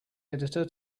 editor